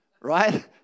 right